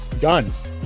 Guns